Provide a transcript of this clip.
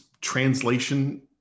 translation